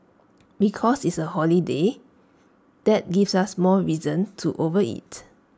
because it's A holiday that gives us more reason to overeat